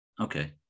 Okay